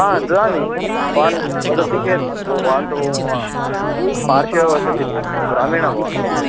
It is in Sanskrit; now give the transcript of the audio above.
हा ददामि भवान् वदति चेत् भवान् तु मम पार्श्वे एव वसति भो मम ग्रामीणः भवान् अपि